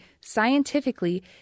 scientifically